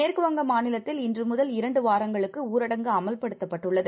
மேற்குவங்கமாநிலத்தில்இன்றுமுதல்இரண்டுவாரங்களுக்குஊரடங்குஅமல்ப டுத்தப்பட்டுள்ளது